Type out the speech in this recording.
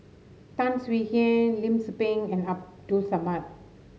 Tan Swie Hian Lim Tze Peng and Abdul Samad